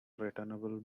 returnable